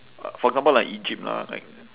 for example like egypt lah like